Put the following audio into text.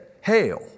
Hail